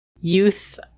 youth